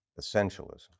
essentialism